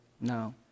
No